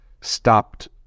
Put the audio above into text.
stopped